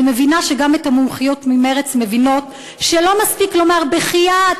אני מבינה שגם המומחיות ממרצ מבינות שלא מספיק לומר "בחייאת,